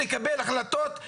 אני רוצה להמשיך בבקשה.